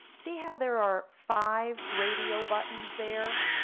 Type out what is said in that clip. see how there are five radio buttons there?